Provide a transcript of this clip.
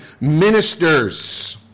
ministers